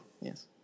Yes